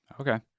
Okay